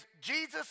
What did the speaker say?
Jesus